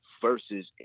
versus